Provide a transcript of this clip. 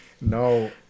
No